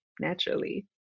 naturally